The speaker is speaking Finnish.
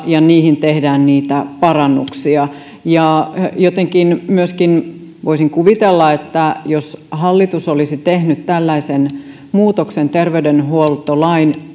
ja niihin tehdään niitä parannuksia jotenkin myöskin voisin kuvitella että jos hallitus olisi tehnyt tällaisen muutoksen terveydenhuoltolain